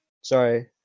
Sorry